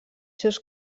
seus